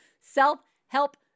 Self-Help